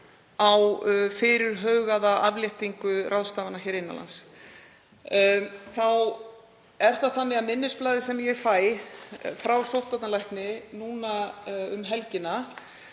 á fyrirhugaða afléttingu ráðstafana innan lands, þá er það þannig að minnisblaðið sem ég fæ frá sóttvarnalækni núna um helgina,